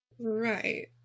Right